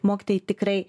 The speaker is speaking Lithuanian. mokytojai tikrai